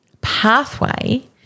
pathway